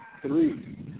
three